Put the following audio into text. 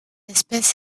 espèce